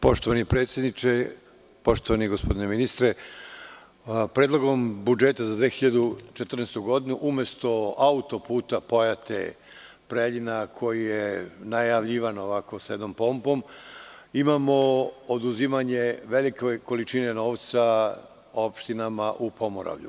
Poštovani predsedniče, poštovani gospodine ministre, Predlogom budžeta za 2014. godinu, umesto autoputa Pojate – Preljina, koji je najavljivan sa jednom pompom, imamo oduzimanje velike količine novca opštinama u Pomoravlju.